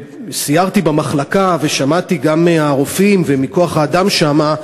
סיירתי במחלקה ושמעתי מהרופאים ומכוח-האדם שם,